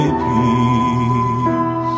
peace